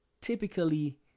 typically